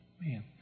man